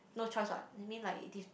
no choice what I mean like this